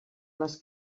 les